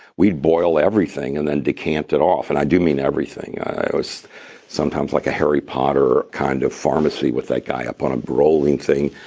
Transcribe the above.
we'd boil everything and then decant it off. and i do mean everything. it was sometimes like a harry potter kind of pharmacy with that guy up on a rolling thing.